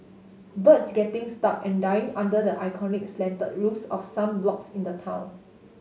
birds getting stuck and dying under the iconic slanted roofs of some blocks in the town